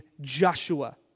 Joshua